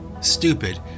stupid